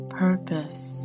purpose